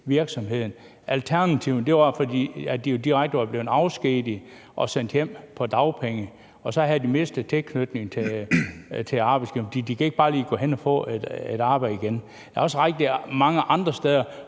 Alternativet var, at de direkte var blevet afskediget og sendt hjem på dagpenge, og så havde de mistet tilknytningen til arbejdsgiveren. For de kan ikke bare lige gå hen og få et arbejde igen. Der er også rigtig mange andre steder,